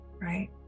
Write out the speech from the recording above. right